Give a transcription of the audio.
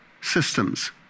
systems